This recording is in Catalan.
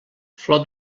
flor